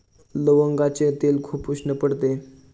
लवंगाचे तेल खूप उष्ण पडते